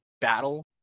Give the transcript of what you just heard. battle